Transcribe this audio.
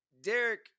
Derek